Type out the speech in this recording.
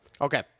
Okay